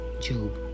Job